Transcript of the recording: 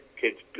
kids